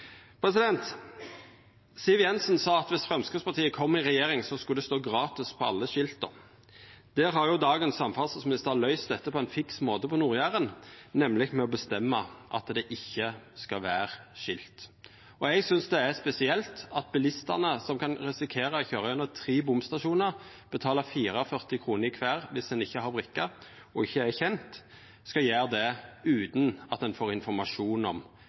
Siv Jensen sa at om Framstegspartiet kom i regjering, skulle det stå «gratis» på alle skilta. Dagens samferdselsminister har løyst dette på ein fiks måte på Nord-Jæren, nemleg ved å bestemma at det ikkje skal vera skilt. Eg synest det er spesielt at bilistane, som kan risikera å køyra gjennom tre bomstasjonar, betale 44 kr for kvar om ein ikkje har brikke, og ikkje er kjent, skal gjera det utan at ein får informasjon om